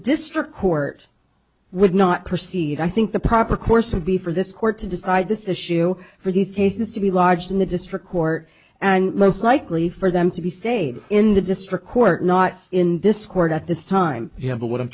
district court would not proceed i think the proper course of the for this court to decide this issue for these cases to be lodged in the district court and most likely for them to be stayed in the district court not in this court at this time yeah but what i'm